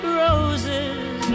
roses